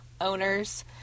owners